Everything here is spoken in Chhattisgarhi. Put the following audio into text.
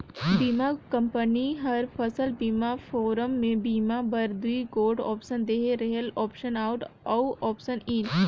बीमा कंपनी हर फसल बीमा फारम में बीमा बर दूई गोट आप्सन देहे रहेल आप्सन आउट अउ आप्सन इन